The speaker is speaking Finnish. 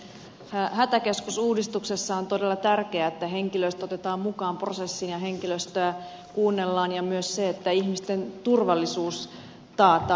hätäkeskusuudistuksessa on todella tärkeää että henkilöstö otetaan mukaan prosessiin ja henkilöstöä kuunnellaan ja myös se että ihmisten turvallisuus taataan